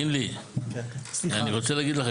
קינלי אני רוצה להגיד לך,